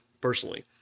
personally